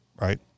right